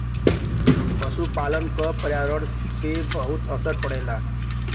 पसुपालन क पर्यावरण पे बहुत असर पड़ेला